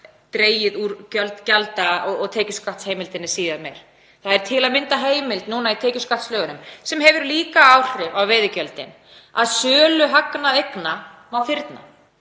dregið úr gjalda- og tekjuskattsheimildinni síðar meir. Það er til að mynda heimild í tekjuskattslögunum, sem hefur líka áhrif á veiðigjöldin, að söluhagnað eigna má fyrna.